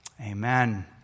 Amen